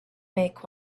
make